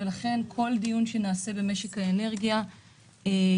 לכן כל דיון שנעשה במשק האנרגיה ייעשה